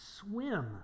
swim